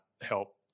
help